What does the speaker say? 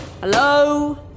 Hello